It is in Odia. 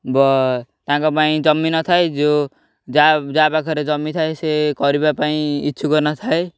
ବ ତାଙ୍କ ପାଇଁ ଜମି ନଥାଏ ଯେଉଁ ଯା ଯା ପାଖରେ ଜମି ଥାଏ ସେ କରିବା ପାଇଁଁ ଇଚ୍ଛୁକ ନଥାଏ